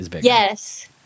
Yes